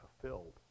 fulfilled